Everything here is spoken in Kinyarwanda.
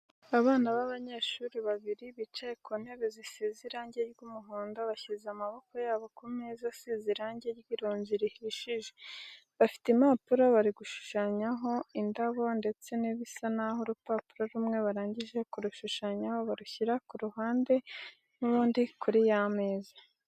Abana b'abanyeshuri babiri bicaye ku ntebe zisize irange ry'umuhondo, bashyize amaboko yabo ku meza asize irange ry'ironji rihishije. Bafite impapuro bari gushushanyaho indabo ndetse bisa n'aho urupapuro rumwe barangije kurushushanyaho, barushyira ku ruhande n'ubundi kuri ya meza.